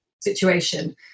situation